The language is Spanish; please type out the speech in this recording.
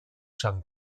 san